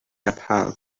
napalm